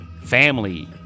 family